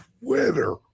Twitter